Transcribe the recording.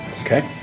Okay